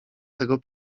tego